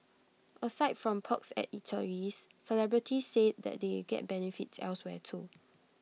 aside from perks at eateries celebrities say that they get benefits elsewhere too